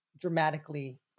dramatically